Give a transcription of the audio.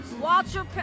Walter